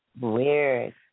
Weird